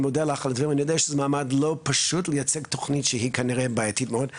אני יודע שזה מעמד לא פשוט לייצג תוכנית שהיא כנראה בעייתית מאוד.